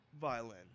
violin